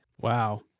Wow